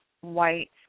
white